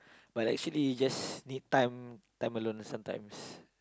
but actually you just time time alone sometimes